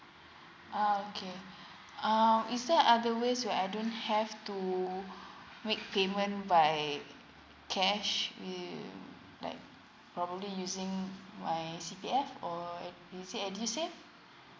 uh okay um is there other ways where I don't have to make payment by cash um like probably using my C_P_F or is it edusave